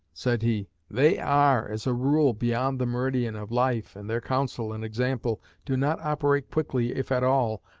said he, they are, as a rule, beyond the meridian of life, and their counsel and example do not operate quickly, if at all,